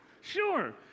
Sure